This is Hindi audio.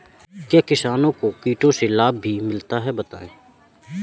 क्या किसानों को कीटों से लाभ भी मिलता है बताएँ?